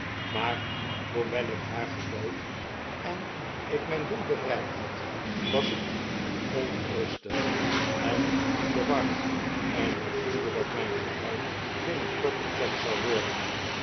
maar hoewel ik haar gedood en ik mijn doel bereikt had was ik onrustig en in de war en ik voelde dat mijn geheim binnenkort bekend zou worden